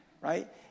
Right